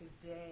today